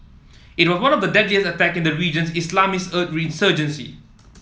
it was one of the deadliest attack in the region's Islamist insurgency